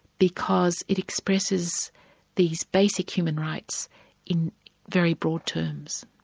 because it expresses these basic human rights in very broad terms.